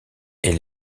est